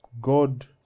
God